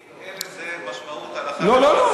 אם אין לזה משמעות הלכה למעשה, לא, לא.